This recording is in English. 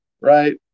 right